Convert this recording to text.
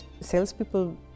salespeople